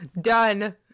done